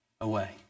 away